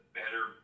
better